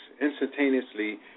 instantaneously